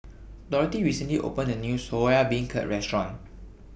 Dorthey recently opened A New Soya Beancurd Restaurant